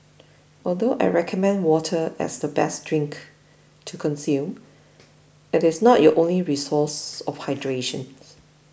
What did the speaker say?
although I recommend water as the best drink to consume it is not your only resource of hydration